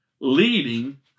leading